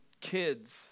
kids